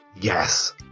Yes